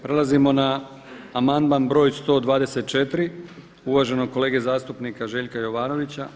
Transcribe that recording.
Prelazimo na amandman broj 124 uvaženog kolege zastupnika Željka Jovanovića.